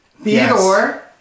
Theodore